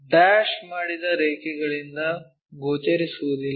dash ಮಾಡಿದ ರೇಖೆಗಳಿಂದ ಗೋಚರಿಸುವುದಿಲ್ಲ